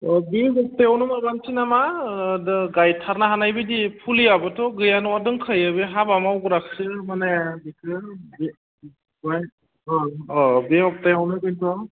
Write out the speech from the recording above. बे सप्तायावनो माबानोसै नामा गायथारनो हानाय बादि फुलियाबोथ' गैया नोङा दोंखायो बे हाबा मावग्राखोसो माने बेखोसो बे सप्तायावनो बेनथ'